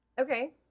Okay